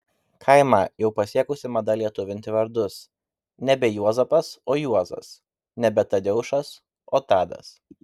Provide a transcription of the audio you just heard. kaimą jau pasiekusi mada lietuvinti vardus nebe juozapas o juozas nebe tadeušas o tadas